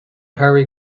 harry